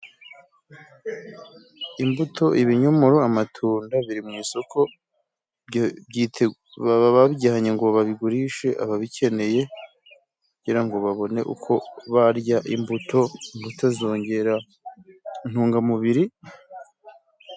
Imbuto, ibinyomoro, amatunda biri mu isoko baba babijyanye ngo babigurishe ababikeneye kugira ngo babone uko barya imbuto, imbuto zongera intungamubiri.